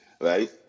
right